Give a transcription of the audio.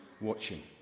watching